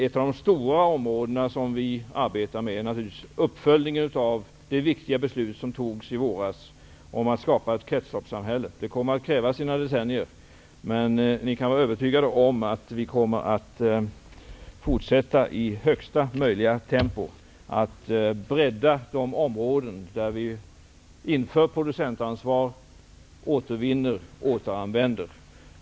En stor uppgift som vi arbetar med är naturligtvis uppföljningen av det viktiga beslut som fattades i våras om att skapa ett kretsloppssamhälle. Det kommer att kräva sina decennier, men ni kan vara övertygade om att vi kommer att fortsätta i högsta möjliga tempo för att bredda de områden där vi inför producentansvar, återvinner och återanvänder.